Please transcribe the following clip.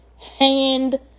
Hand